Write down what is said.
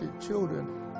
children